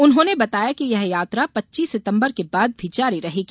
उन्होंने बताया कि यह यात्रा पच्चीस सितम्बर के बाद भी जारी रहेगी